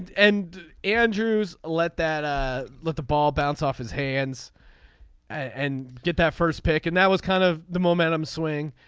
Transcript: and andrews let that ah let the ball bounce off his hands and get that first pick and that was kind of the momentum swing.